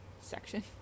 section